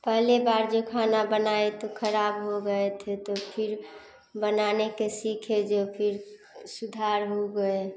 पहले बार जो खाना बनाए तो खराब हो गए थे तो फिर बनाने के सीखे जो फिर सुधार हो गए